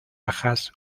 bajas